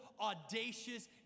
audacious